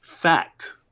fact